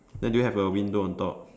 then do you have a window on top